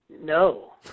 No